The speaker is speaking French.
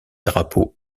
drapeaux